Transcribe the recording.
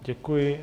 Děkuji.